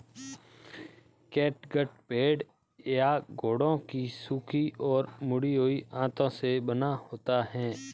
catgut भेड़ या घोड़ों की सूखी और मुड़ी हुई आंतों से बना होता है